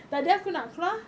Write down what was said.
tadi aku nak keluar